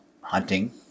hunting